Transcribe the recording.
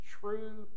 true